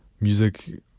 music